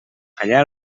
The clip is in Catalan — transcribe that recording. allà